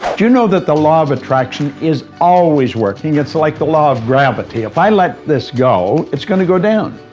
do you know that the law of attraction is always working? it's like the law of gravity if i let this go, it's going to go down.